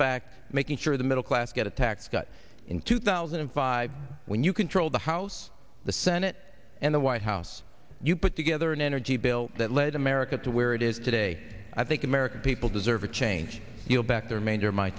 fact making sure the middle class get a tax cut in two thousand and five when you control the house the senate and the white house you put together an energy bill that led america to where it is today i think american people deserve a change you know back their major my